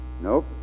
Nope